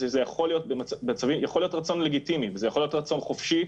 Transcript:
שזה יכול להיות רצון לגיטימי וזה יכול להיות רצון חופשי,